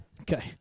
Okay